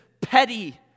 petty